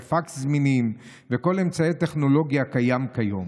מספרי פקס זמינים וכל אמצעי טכנולוגי הקיים כיום.